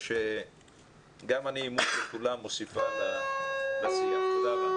אני מודה לאנשי משרד החינוך, לנשות משרד החינוך.